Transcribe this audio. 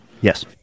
Yes